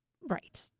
Right